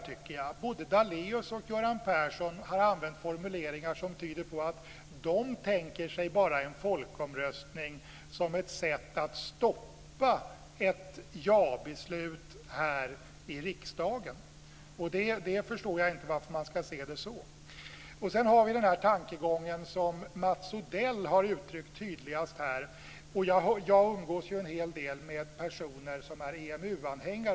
Både Lennart Daléus och Göran Persson har använt formuleringar som tyder på att de bara tänker sig en folkomröstning som ett sätt att stoppa ett ja-beslut här i riksdagen. Jag förstår inte varför man ska se det så. Sedan har vi den tankegång som Mats Odell har uttryckt tydligast här. Jag umgås ju en hel del med personer som är EMU-anhängare.